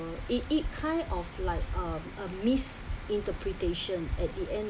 it it kind of like a misinterpretation at the end